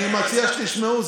אני מציע שתשמעו.